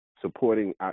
supporting